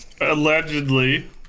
allegedly